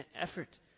effort